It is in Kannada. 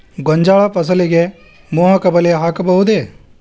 ಗೋಂಜಾಳ ಫಸಲಿಗೆ ಮೋಹಕ ಬಲೆ ಹಾಕಬಹುದೇ?